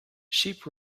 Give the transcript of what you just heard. sheep